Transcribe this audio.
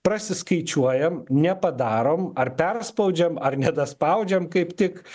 prasiskaičiuojam nepadarom ar perspaudžiam ar nedaspaudžiam kaip tik